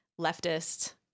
leftist